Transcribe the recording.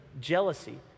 Jealousy